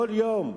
כל יום.